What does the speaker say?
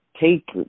take